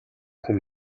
хүн